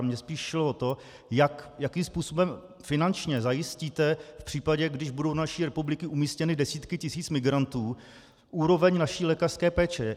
Mně spíš šlo o to, jakým způsobem finančně zajistíte v případě, když budou do naší republiky umístěny desítky tisíc migrantů, úroveň naší lékařské péče.